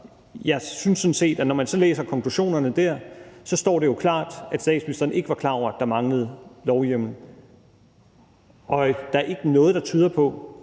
Jeg synes sådan set, at når man læser konklusionerne der, så står det jo klart, at statsministeren ikke var klar over, at der manglede lovhjemmel. Og der er ikke noget, der tyder på,